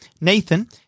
Nathan